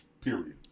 Period